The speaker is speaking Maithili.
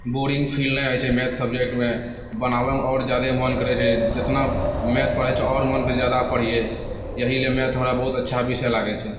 बोरिंग फील नहि होइ छै मैथ सब्जेक्टमे बनाबैमे आओर जादे मोन करै छै जेतना मैथ पढ़ै छै आओर मोन करै छै जादा पढ़ियै इएह लए मैथ हमरा बहुत अच्छा विषय लागै छै